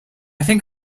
think